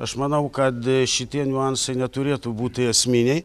aš manau kad šitie niuansai neturėtų būti esminiai